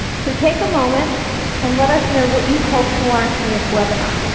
so take a moment and let us know what you hope to learn from this webinar.